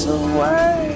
away